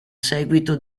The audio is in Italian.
seguito